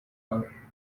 her